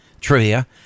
trivia